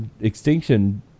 extinction